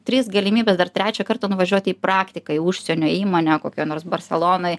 trys galimybės dar trečią kartą nuvažiuoti į praktiką į užsienio įmonę kokią nors barselonoj